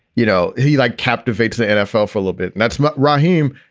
you know, he like captivates the nfl for a little bit. and that's ah raheem.